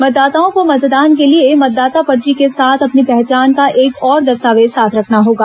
मतदाताओं को मतदान के लिए मतदाता पर्ची के साथ अपनी पहचान का एक और दस्तावेज साथ रखना होगा